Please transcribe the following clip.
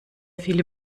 viele